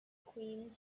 queen